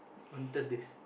want test this